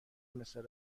مثل